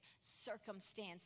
circumstance